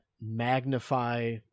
magnify